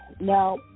Now